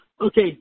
Okay